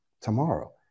tomorrow